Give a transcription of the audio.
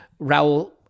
Raul